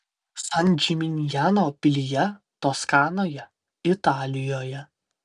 san džiminjano pilyje toskanoje italijoje